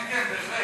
כן, כן, בהחלט.